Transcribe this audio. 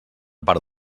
part